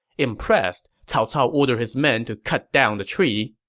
impressed, cao cao ordered his men to cut down the tree.